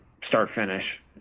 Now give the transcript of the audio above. start-finish